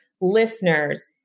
listeners